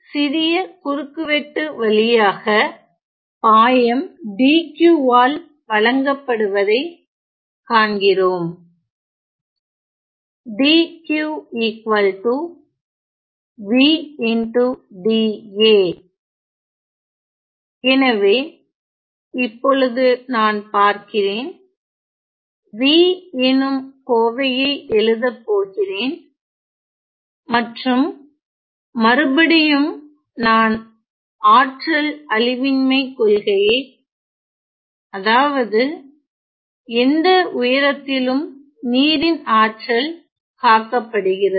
சிறிய குறுக்குவெட்டு வழியாக பாயம் dQ ஆல் வழங்கப்படுவதைக் காண்கிறோம் dQ V dA எனவே இப்பொழுது நான் பார்க்கிறேன் v எனும் கோவையை எழுத போகிறேன் மற்றும் மறுபடியும் நான் ஆற்றல் அழிவின்மை கொள்கையை அதாவது எந்த உயரத்திலும் நீரின் ஆற்றல் காக்கப்படுகிறது